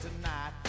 tonight